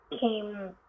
came